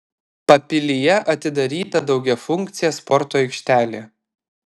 papilyje atidaryta daugiafunkcė sporto aikštelė